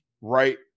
right